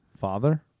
father